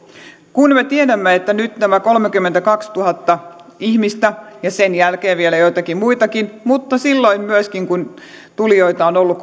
kun me tiedämme että nyt nämä kolmekymmentäkaksituhatta ihmistä ja sen jälkeen vielä joitakin muitakin mutta myöskin silloin kun tulijoita on ollut